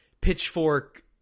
pitchfork